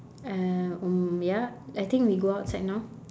uh um ya I think we go outside now